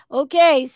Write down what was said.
okay